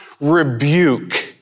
rebuke